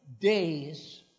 days